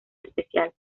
especial